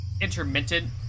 intermittent